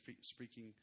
speaking